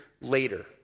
later